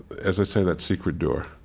as i say, that secret door